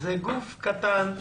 גוף "קטן"